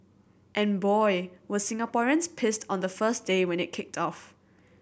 and boy were Singaporeans pissed on the first day when it kicked off